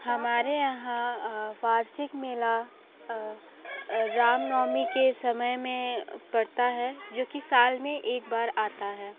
हमारे यहाँ वार्षिक मेला रामनवमी के समय में पड़ता है जो कि साल में एक बार आता है